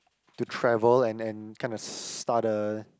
to travel and and kind of start a